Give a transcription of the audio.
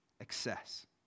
Excess